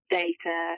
data